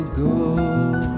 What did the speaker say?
good